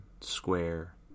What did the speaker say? square